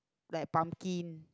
like pumpkin